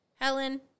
Helen